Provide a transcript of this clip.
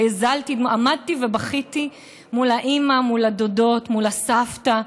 עמדתי ובכיתי מול האימא, מול הדודות, מול הסבתא.